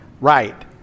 Right